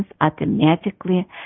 automatically